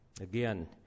Again